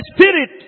spirit